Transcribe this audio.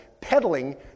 peddling